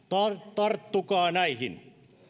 tarttukaa näihin